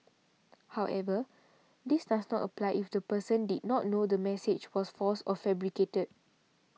however this does not apply if the person did not know that the message was false or fabricated